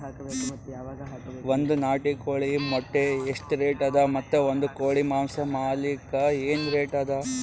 ಒಂದ್ ನಾಟಿ ಕೋಳಿ ಮೊಟ್ಟೆ ಎಷ್ಟ ರೇಟ್ ಅದ ಮತ್ತು ಒಂದ್ ಕೋಳಿ ಮಾಂಸ ಮಾರಲಿಕ ಏನ ರೇಟ್ ಅದ?